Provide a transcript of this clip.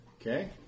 Okay